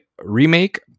remake